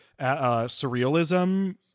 surrealism